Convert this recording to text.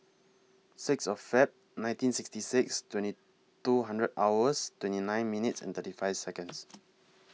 Sixth of Feb nineteen sixty six twenty two hours twenty nine minutes and thirty five Seconds